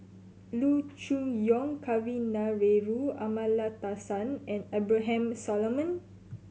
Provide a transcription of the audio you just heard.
Loo Choon Yong Kavignareru Amallathasan and Abraham Solomon